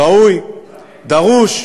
ראוי, דרוש,